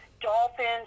dolphins